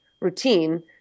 routine